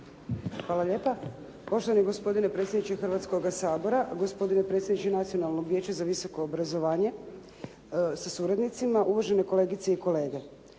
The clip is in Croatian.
Hvala lijepa. Poštovani gospodine predsjedniče Hrvatskoga sabora, gospodine predsjedniče Nacionalnoga vijeća za visoko obrazovanje sa suradnicima, uvažene kolegice i kolege.